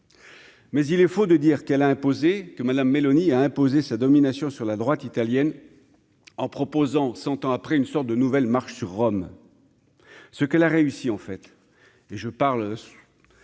Mais il est faux de dire qu'elle a imposé que madame Meloni a imposé sa domination sur la droite italienne en proposant 100 après une sorte de nouvelle marche sur Rome, ce qu'elle a réussi, en fait, et je parle